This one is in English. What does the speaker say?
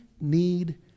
need